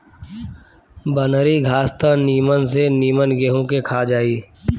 बनरी घास त निमन से निमन गेंहू के खा जाई